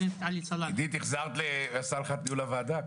עידית, החזרת לסלאלחה את ניהול הוועדה.